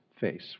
face